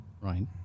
Right